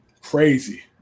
Crazy